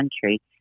country